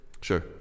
Sure